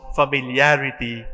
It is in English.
familiarity